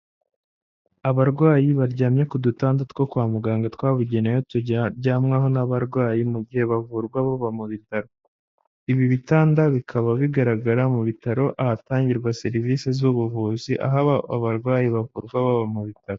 Abarwayi baryamye ku dutanda two kwa muganga twabugenewe tujyanwaho n'abarwayi mu gihe bavurwa baba mubitaro, ibi bitanda bikaba bigaragara mu bitaro ahatangirwa serivisi z'ubuvuzi aho abarwayi bavurwa baba mu bitaro.